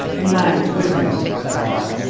and now to business, said i,